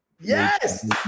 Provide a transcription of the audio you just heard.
Yes